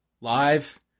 live